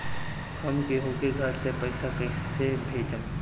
हम केहु के घर से पैसा कैइसे भेजम?